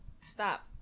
stop